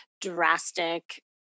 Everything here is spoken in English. drastic